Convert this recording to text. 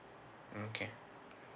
mm okay